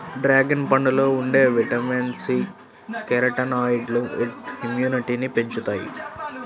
dragon పండులో ఉండే vitamin C, కెరోటినాయిడ్లు ఇమ్యునిటీని పెంచుతాయి